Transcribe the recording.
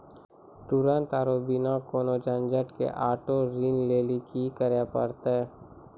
तुरन्ते आरु बिना कोनो झंझट के आटो ऋण लेली कि करै पड़तै?